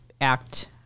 act